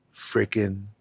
freaking